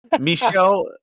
michelle